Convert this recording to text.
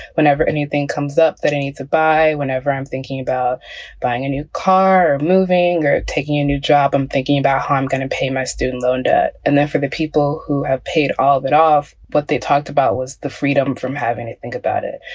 whenever anything anything comes up that i need to buy, whenever i'm thinking about buying a new car, moving or taking a new job, i'm thinking about how i'm going to pay my student loan debt. and then for the people who have paid all of it off, what they talked about was the freedom from having to think about it.